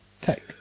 tech